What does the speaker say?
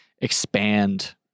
expand